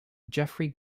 geoffrey